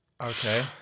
Okay